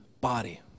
body